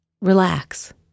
relax